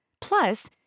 Plus